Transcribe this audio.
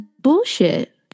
bullshit